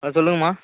ஆ சொல்லுங்கம்மா